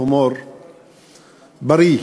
הומור בריא.